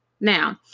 Now